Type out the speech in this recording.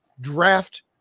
draft